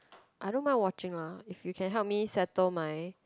I don't mind watching lah if you can help me settle my